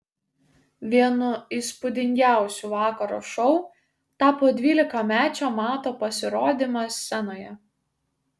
vienu įspūdingiausių vakaro šou tapo dvylikamečio mato pasirodymas scenoje